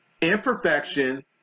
imperfection